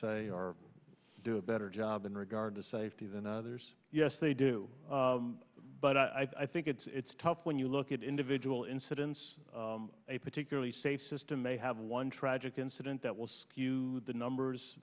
say are do a better job in regard to safety than others yes they do but i think it's tough when you look at individual incidents a particularly safe system may have one tragic incident that will skew the numbers